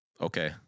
okay